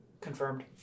Confirmed